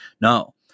no